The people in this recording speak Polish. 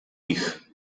ich